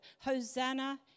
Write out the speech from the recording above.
Hosanna